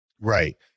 Right